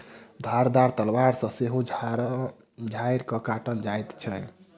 धारदार तलवार सॅ सेहो झाइड़ के काटल जाइत छै